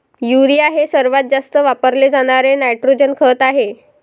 urea हे सर्वात जास्त वापरले जाणारे नायट्रोजन खत आहे